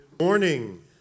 Morning